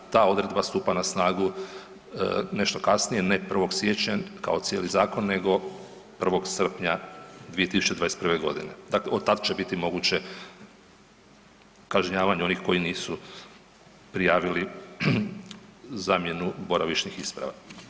Ta odredba stupa na snagu nešto kasnije, ne 1. siječnja kao cijeli zakon nego 1. srpnja 2021.g., dakle od tad će biti moguće kažnjavanje onih koji nisu prijavili zamjenu boravišnih isprava.